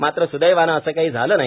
मात्र सुदैवानं असं काही झालं नाही